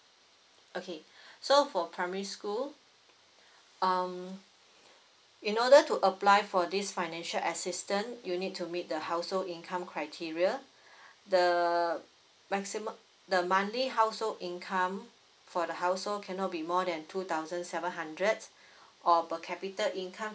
okay so for primary school um in order to apply for this financial assistance you need to meet the household income criteria the maximum the monthly household income for the household cannot be more than two thousand seven hundred or per capita income